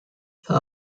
tha